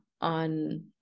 on